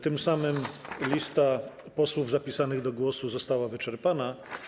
Tym samym lista posłów zapisanych do głosu została wyczerpana.